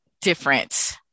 different